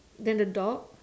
then the dog